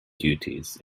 duties